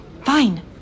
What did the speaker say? Fine